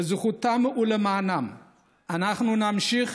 בזכותם ולמענם אנחנו נמשיך